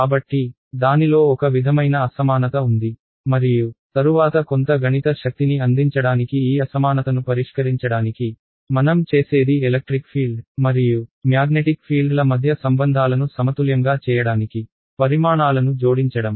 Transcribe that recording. కాబట్టి దానిలో ఒక విధమైన అసమానత ఉంది మరియు తరువాత కొంత గణిత శక్తిని అందించడానికి ఈ అసమానతను పరిష్కరించడానికి మనం చేసేది ఎలక్ట్రిక్ ఫీల్డ్ మరియు మ్యాగ్నెటిక్ ఫీల్డ్ ల మధ్య సంబంధాలను సమతుల్యంగా చేయడానికి పరిమాణాలను జోడించడం